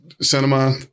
Cinema